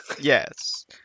Yes